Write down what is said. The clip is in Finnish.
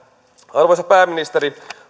arvoisa pääministeri